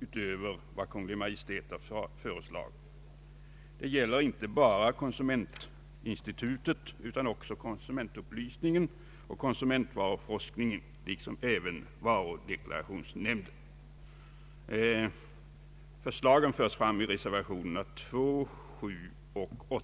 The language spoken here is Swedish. än Kungl. Maj:t har föreslagit. Det gäller inte bara konsumentinstitutet utan också konsumentupplysningen och konsumentvaruforskningen liksom även varudeklarationsnämnden. Förslagen läggs fram i reservationerna 2, 7 och 8.